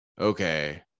okay